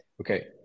okay